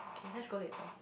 okay let's go later